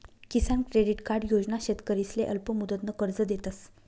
किसान credit card योजना शेतकरीसले अल्पमुदतनं कर्ज देतस